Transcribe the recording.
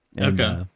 Okay